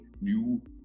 new